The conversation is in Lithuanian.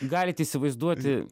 galit įsivaizduoti